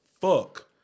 fuck